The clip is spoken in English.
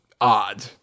odd